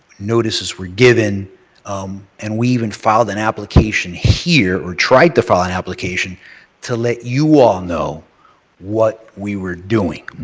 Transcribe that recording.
notices were given and we even filed an application here, or tried to file an application to let you all know what we were doing.